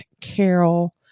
Carol